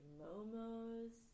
momos